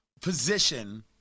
position